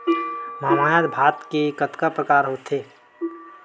महमाया भात के कतका प्रकार होथे?